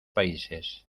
países